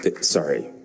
Sorry